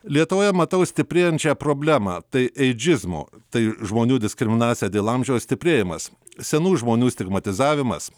lietuvoje matau stiprėjančią problemą tai eidžizmo tai žmonių diskriminacija dėl amžiaus stiprėjimas senų žmonių stigmatizavimas